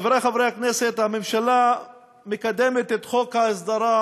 חברי חברי הכנסת, הממשלה מקדמת את חוק ההסדרה,